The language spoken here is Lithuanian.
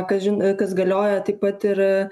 kažin kas galioja taip pat ir